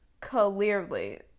clearly